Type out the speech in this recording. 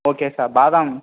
okay sir பாதாம்